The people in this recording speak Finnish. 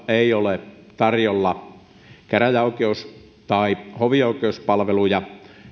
ei ole tarjolla käräjäoikeus tai hovioikeuspalveluja